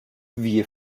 wir